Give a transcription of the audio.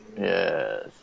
Yes